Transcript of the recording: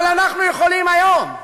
אבל אנחנו יכולים היום,